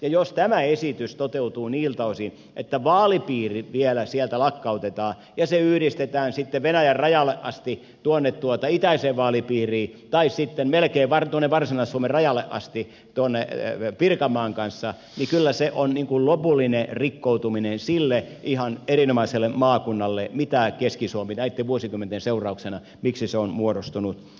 jos tämä esitys toteutuu niiltä osin että vaalipiiri vielä sieltä lakkautetaan ja se yhdistetään sitten venäjän rajalle asti itäiseen vaalipiiriin tai sitten melkein varsinais suomen rajalle asti pirkanmaan kanssa niin kyllä se on lopullinen rikkoutuminen sille ihan erinomaiselle maakunnalle millaiseksi keski suomi näitten vuosikymmenten seurauksena on muodostunut